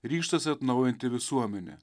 ryžtas atnaujinti visuomenę